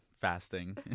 fasting